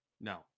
No